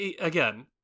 again